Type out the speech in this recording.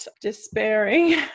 despairing